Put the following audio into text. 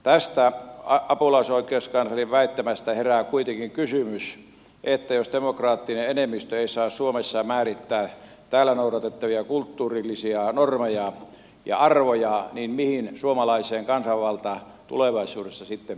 tästä apulaisoikeuskanslerin väittämästä herää kuitenkin kysymys että jos demokraattinen enemmistö ei saa suomessa määrittää täällä noudatettavia kulttuurillisia normeja ja arvoja niin mihin suomalainen kansanvalta tulevaisuudessa sitten perustuisi